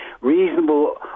reasonable